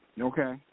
Okay